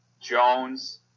Jones